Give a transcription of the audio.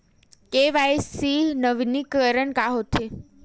KYC नवीनीकरण का होथे?